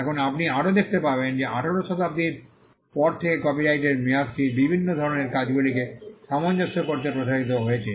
এখন আপনি আরও দেখতে পাবেন যে 18 শতাব্দীর পর থেকে কপিরাইটের মেয়াদটি বিভিন্ন ধরণের কাজগুলিকে সামঞ্জস্য করতে প্রসারিত হয়েছে